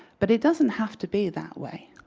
but it doesn't have to be that way.